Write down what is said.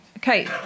Okay